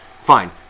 fine